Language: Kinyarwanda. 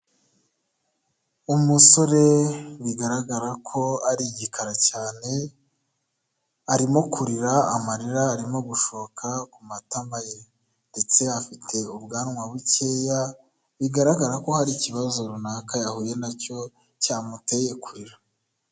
Umusore bigaragara ko ari igikara cyane arimo kurira amarira arimo gushoka ku matama ye, ndetse afite ubwanwa bukeya bigaragara ko hari ikibazo runaka yahuye na cyo cyamuteye kurira.